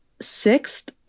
sixth